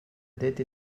dette